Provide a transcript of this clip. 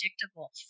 predictable